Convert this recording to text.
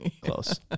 Close